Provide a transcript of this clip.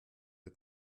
der